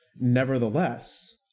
Nevertheless